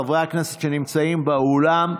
חברי הכנסת שנמצאים באולם,